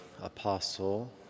apostle